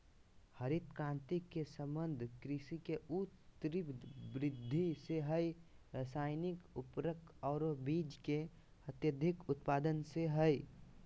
हरित क्रांति के संबंध कृषि के ऊ तिब्र वृद्धि से हई रासायनिक उर्वरक आरो बीज के अत्यधिक उत्पादन से हई